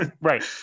Right